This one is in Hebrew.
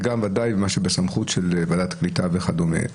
וגם ודאי מה שבסמכות ועדת הקליטה וכדומה.